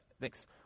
Thanks